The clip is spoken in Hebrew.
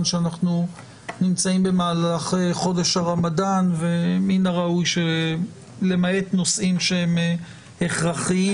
שאנחנו נמצאים במהלך חודש הרמדאן ומן הראוי שלמעט נושאים שהם הכרחיים